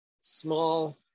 small